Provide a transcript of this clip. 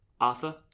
Arthur